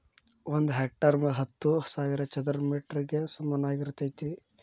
ಒಂದ ಹೆಕ್ಟೇರ್ ಹತ್ತು ಸಾವಿರ ಚದರ ಮೇಟರ್ ಗ ಸಮಾನವಾಗಿರತೈತ್ರಿ